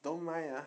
don't mind ah